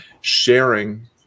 sharing